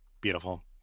Beautiful